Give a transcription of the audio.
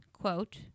quote